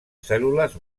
cèl·lules